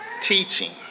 Teaching